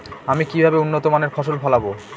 আমি কিভাবে উন্নত মানের ফসল ফলাবো?